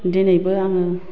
दिनैबो आङो